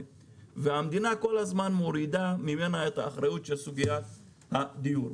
והמדינה כל הזמן מורידה ממנה את האחריות של סוגיית הדיור.